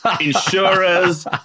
insurers